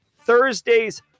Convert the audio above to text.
Thursday's